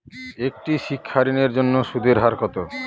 একটি শিক্ষা ঋণের জন্য সুদের হার কত?